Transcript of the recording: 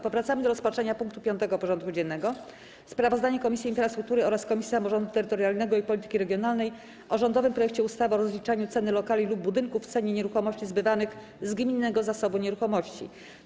Powracamy do rozpatrzenia punktu 5. porządku dziennego: Sprawozdanie Komisji Infrastruktury oraz Komisji Samorządu Terytorialnego i Polityki Regionalnej o rządowym projekcie ustawy o rozliczaniu ceny lokali lub budynków w cenie nieruchomości zbywanych z gminnego zasobu nieruchomości.